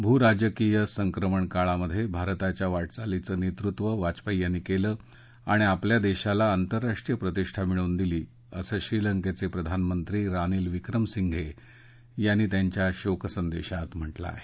भू राजकीय संक्रमण काळात भारताच्या वाटचालीचं नेतृत्व वाजपेयी यांनी केलं आणि आपल्या देशाला आंतरराष्ट्रीय प्रतिष्ठा मिळवून दिली असं श्रीलंकेचे प्रधानमंत्री रानिल विक्रमसिंघे यांनी त्यांच्या शोकसंदेशात म्हटलं आहे